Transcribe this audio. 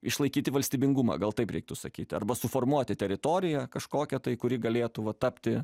išlaikyti valstybingumą gal tai reiktų sakyti arba suformuoti teritoriją kažkokią tai kuri galėtų tapti